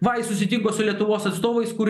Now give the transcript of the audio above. va jis susitinko su lietuvos atstovais kur